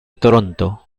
toronto